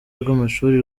rw’amashuri